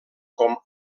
com